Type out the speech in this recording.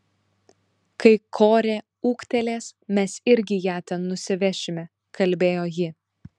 kai korė ūgtelės mes irgi ją ten nusivešime kalbėjo ji